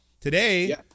today